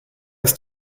ist